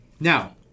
Now